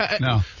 no